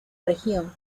región